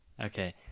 Okay